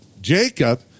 Jacob